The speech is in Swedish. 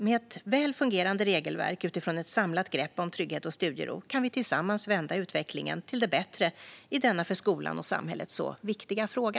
Med ett väl fungerande regelverk utifrån ett samlat grepp om trygghet och studiero kan vi tillsammans vända utvecklingen till det bättre i denna för skolan och samhället så viktiga fråga.